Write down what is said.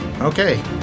Okay